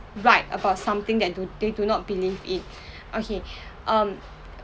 right about something that do they do not believe in okay um